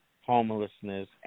homelessness